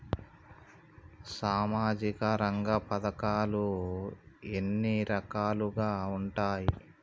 సామాజిక రంగ పథకాలు ఎన్ని రకాలుగా ఉంటాయి?